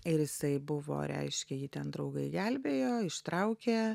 ir jisai buvo reiškia jį ten draugai gelbėjo ištraukė